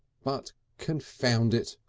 but confound it!